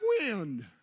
wind